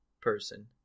person